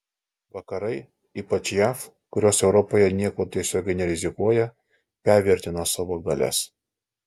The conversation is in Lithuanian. vakarai ypač jav kurios europoje niekuo tiesiogiai nerizikuoja pervertino savo galias